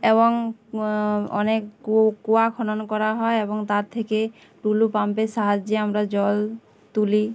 এবং অনেক কুয়া খনন করা হয় এবং তার থেকে টুলু পাম্পের সাহায্যে আমরা জল তুলি